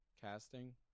casting